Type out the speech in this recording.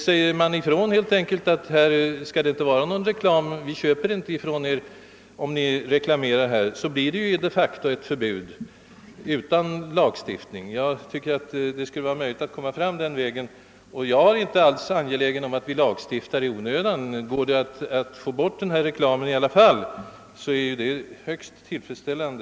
Om man helt enkelt säger ifrån, att här skall det inte vara någon reklam — vi köper inte från er om ni gör reklam — blir det ju ett faktiskt reklamförbud utan lagstiftning. Jag tycker att det skulle vara möjligt att komma långt den vägen. Och jag är inte alls angelägen om att vi skall lagstifta i onödan; går det att få bort denna reklam utan lagstiftning, är detta ju högst tillfredsställande.